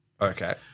Okay